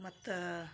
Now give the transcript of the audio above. ಮತ್ತು